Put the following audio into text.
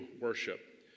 worship